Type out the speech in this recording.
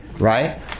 Right